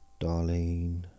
Darlene